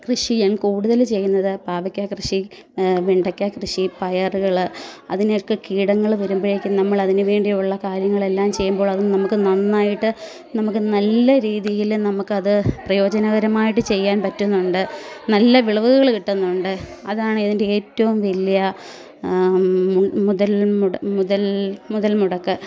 കൃഷി ഞാൻ കൂടുതൽ ചെയ്യുന്നത് പാവയ്ക്ക കൃഷി വെണ്ടയ്ക്ക കൃഷി പയറുകൾ അതിലേക്ക് കീടങ്ങൾ വരുമ്പഴേക്കും നമ്മൾ അതിന് വേണ്ടിയുള്ള കാര്യങ്ങളെല്ലാം ചെയ്യുമ്പോൾ അത് നമുക്ക് നന്നായിട്ട് നമുക്ക് നല്ല രീതിയിൽ നമുക്കത് പ്രയോജനകരമായിട്ട് ചെയ്യാൻ പറ്റുന്നുണ്ട് നല്ല വിളവുകൾ കിട്ടുന്നുണ്ട് അതാണ് ഇതിൻ്റെ ഏറ്റവും വലിയ മുതൽ മുതൽ മുതൽ മുടക്ക്